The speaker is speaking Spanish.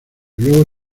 luego